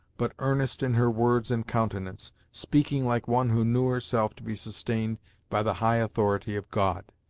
but earnest in her words and countenance, speaking like one who knew herself to be sustained by the high authority of god.